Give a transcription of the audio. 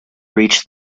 reached